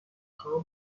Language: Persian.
خواهم